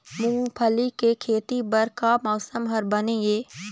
मूंगफली के खेती बर का मौसम हर बने ये?